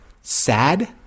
sad